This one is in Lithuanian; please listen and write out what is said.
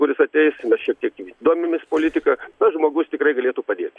kuris ateis šiek tiek domimės politika tas žmogus tikrai galėtų padėt